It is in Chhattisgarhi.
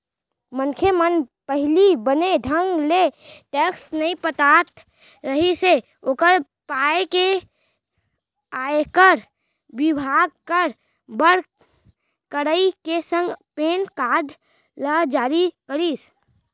मनखे मन पहिली बने ढंग ले टेक्स नइ पटात रिहिस हे ओकर पाय के आयकर बिभाग हर बड़ कड़ाई के संग पेन कारड ल जारी करिस